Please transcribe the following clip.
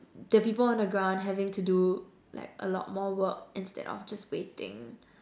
the people on the ground having to do like a lot more work instead of just waiting